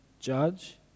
judge